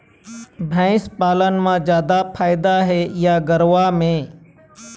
भंइस पालन म जादा फायदा हे या गरवा में?